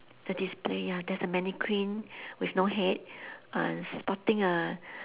the display ya there's a mannequin with no head uh sporting a